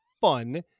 fun